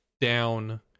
down